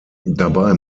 dabei